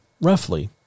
roughly